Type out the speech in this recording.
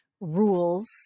rules